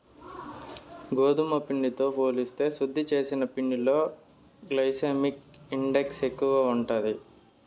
గోధుమ పిండితో పోలిస్తే శుద్ది చేసిన పిండిలో గ్లైసెమిక్ ఇండెక్స్ ఎక్కువ ఉంటాది